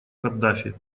каддафи